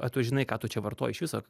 ar tu žinai ką tu čia vartoji iš viso